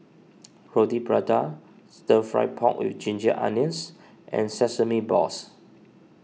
Roti Prata Stir Fried Pork with Ginger Onions and Sesame Balls